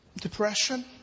depression